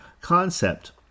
concept